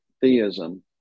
theism